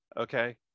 okay